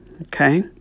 okay